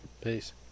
Peace